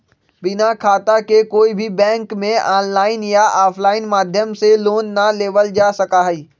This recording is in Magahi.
बिना खाता के कोई भी बैंक में आनलाइन या आफलाइन माध्यम से लोन ना लेबल जा सका हई